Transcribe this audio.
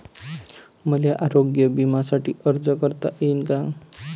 मले आरोग्य बिम्यासाठी अर्ज करता येईन का?